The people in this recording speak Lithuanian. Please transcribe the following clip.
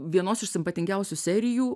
vienos iš simpatingiausių serijų